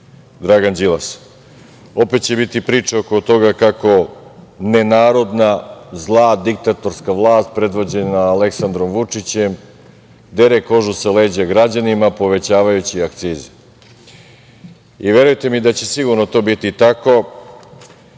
Dragan Đilas. Opet će biti priče oko toga kako nenarodna, zla, diktatorska vlast, predvođena Aleksandrom Vučićem, dere kožu sa leđa građanima povećavajući akcize. Verujte mi da će sigurno to biti tako,